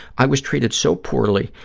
i was treated so poorly,